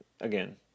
again